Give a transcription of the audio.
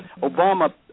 Obama